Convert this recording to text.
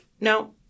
No